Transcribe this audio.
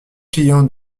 clients